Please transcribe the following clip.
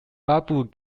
babur